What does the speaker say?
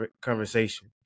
conversation